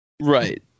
Right